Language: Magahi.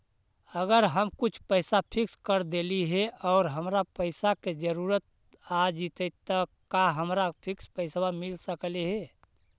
अगर हम कुछ पैसा फिक्स कर देली हे और हमरा पैसा के जरुरत आ जितै त का हमरा फिक्स पैसबा मिल सकले हे?